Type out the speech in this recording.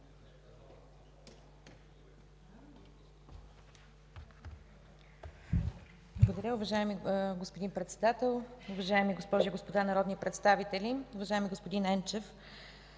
Благодаря, уважаеми господин Председател. Уважаеми госпожи и господа народни представители! Уважаеми господин Ячев,